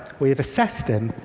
we have assessed him,